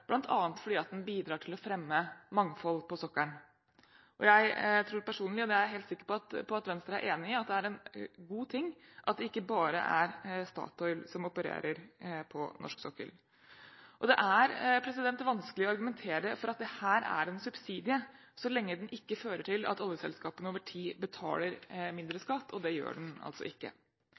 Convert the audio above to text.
fordi den bidrar til å fremme mangfold på sokkelen. Jeg tror personlig – og det er jeg helt sikker på at Venstre er enig i – at det er en god ting at det ikke bare er Statoil som opererer på norsk sokkel. Det er vanskelig å argumentere for at dette er en subsidie, så lenge den ikke fører til at oljeselskapene over tid betaler mindre skatt, og det gjør den altså ikke.